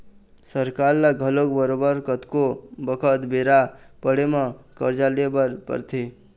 सरकार ल घलोक बरोबर कतको बखत बेरा पड़े म करजा ले बर परथे